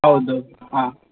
ಹೌದು ಹಾಂ